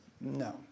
No